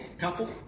couple